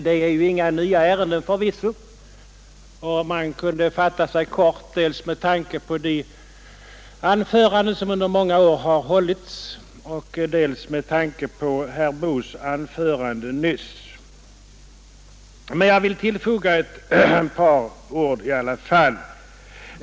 De är förvisso inga nyheter, och jag kunde fatta mig kort dels med tanke på de anföranden som under många år har hållits om dessa frågor, dels med tanke på herr Boos anförande nyss. Men jag vill ändå tillfoga några ord.